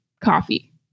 coffee